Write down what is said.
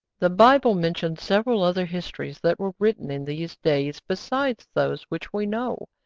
the bible mentions several other histories that were written in these days besides those which we know.